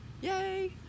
yay